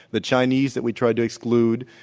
the chinese that we tried to exclude,